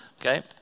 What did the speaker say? Okay